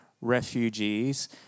refugees